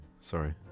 sorry